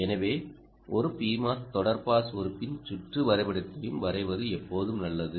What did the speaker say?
எனவே ஒரு PMOS தொடர் பாஸ் உறுப்பின் சுற்று வரைபடத்தையும் வரைவது எப்போதும் நல்லது